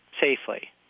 safely